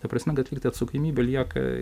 ta prasme kad lygtai atsakomybė lieka